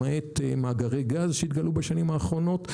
למעט מאגרי גז שהתגלו בשנים האחרונות.